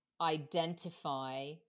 identify